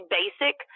basic